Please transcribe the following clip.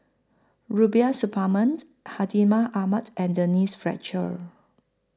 Rubiah Suparman Hartinah Ahmad and Denise Fletcher